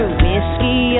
whiskey